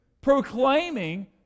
proclaiming